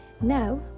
Now